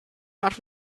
not